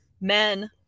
men